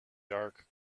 dark